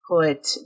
put